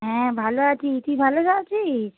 হ্যাঁ ভালো আছি তুই ভালো আছিস